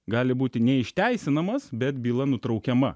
gali būti neišteisinamas bet byla nutraukiama